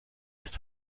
ist